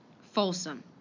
Folsom